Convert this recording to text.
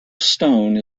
stone